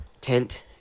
tent